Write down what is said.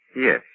Yes